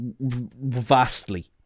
vastly